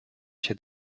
się